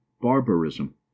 barbarism